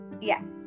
Yes